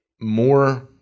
more